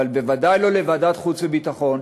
אבל בוודאי לא לוועדת חוץ וביטחון,